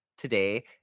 Today